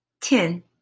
ten